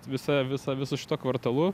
visa visa visu šituo kvartalu